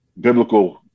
biblical